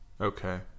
Okay